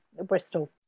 Bristol